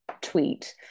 tweet